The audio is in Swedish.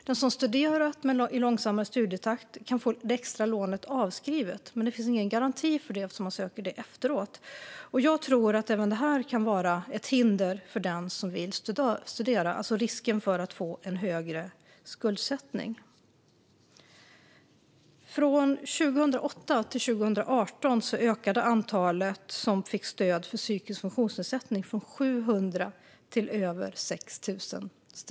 Den som studerat i långsammare takt kan få det extra lånet avskrivet, men eftersom man söker det efteråt finns det ingen garanti för detta. Jag tror att även detta, risken för en högre skuldsättning, kan vara ett hinder för den som vill studera. Mellan 2008 och 2018 ökade antalet studenter som fick stöd för psykisk funktionsnedsättning från 700 till över 6 000.